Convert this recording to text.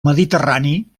mediterrani